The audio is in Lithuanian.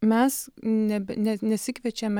mes nebe ne nesikviečiame